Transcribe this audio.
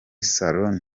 salon